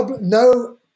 no